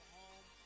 home